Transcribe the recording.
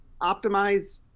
optimize